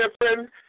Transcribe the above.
different